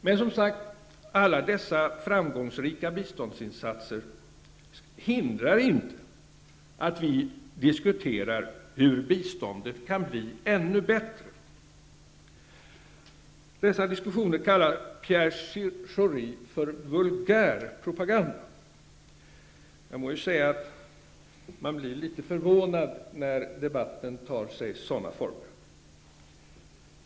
Men, som sagt, alla dessa framgångsrika biståndsinsatser hindrar inte att vi diskuterar hur biståndet skall bli ännu bättre. Dessa diskussioner kallar Pierre Schori för vulgärpropaganda. Jag må säga att man blir litet förvånad när debatten tar sådana former.